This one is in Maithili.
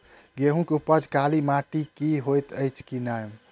गेंहूँ केँ उपज काली माटि मे हएत अछि की नै?